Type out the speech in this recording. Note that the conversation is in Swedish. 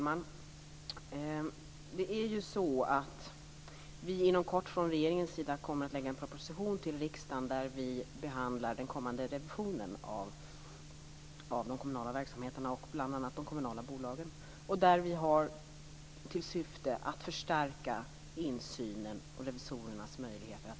Fru talman! Vi kommer inom kort från regeringens sida att lägga fram en proposition för riksdagen där vi behandlar den kommande revisionen av de kommunala verksamheterna och bl.a. de kommunala bolagen. Där har vi till syfte att förstärka insynen och revisorernas möjligheter.